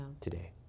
today